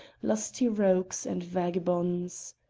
lusty rogues and vagabonds.